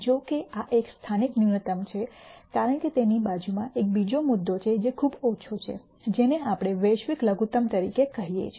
જો કે આ એક સ્થાનિક ન્યૂનતમ છે કારણ કે તેની બાજુમાં એક બીજો મુદ્દો છે જે ખૂબ ઓછો છે જેને આપણે વૈશ્વિક લઘુત્તમ તરીકે કહીએ છીએ